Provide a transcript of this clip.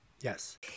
Yes